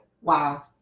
Wow